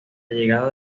llegada